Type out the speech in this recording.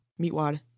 Meatwad